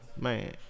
Man